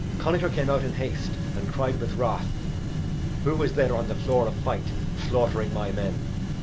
connachar came out in haste and cried with wrath who is there on the floor of fight, slaughtering my men?